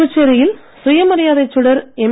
புதுச்சேரியில் சுயமரியாதைச் சுடர் எம்